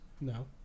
No